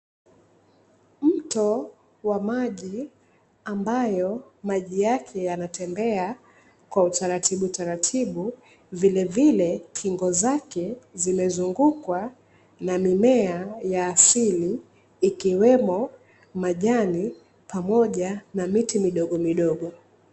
Mto wa maji ambayo maji yake yanatembea kwa utaratibutaratibu. Vilevile kingo zake zimezungukwa na mimea ya asili, ikiwemo majani pamoja na miti midogomidogo.